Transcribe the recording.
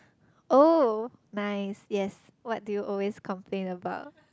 oh nice yes what did you always complain about